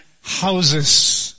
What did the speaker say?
houses